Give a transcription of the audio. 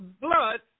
blood